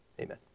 amen